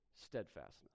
steadfastness